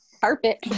Carpet